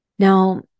Now